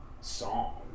song